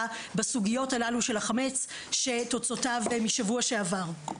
בסוגיות הללו של החמץ שתוצאותיו משבוע שעבר.